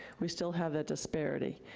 we still have that disparity.